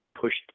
pushed